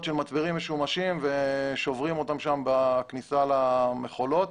מצברים משומשים אותם שוברים בכניסה למכולות.